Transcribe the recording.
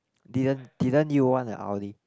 didn't didn't you want an Audi